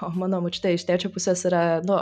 o mano močiutė iš tėčio pusės yra nu